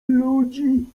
ludzi